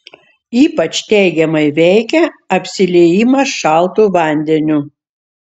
ypač teigiamai veikia apsiliejimas šaltu vandeniu